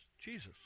jesus